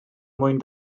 mwyn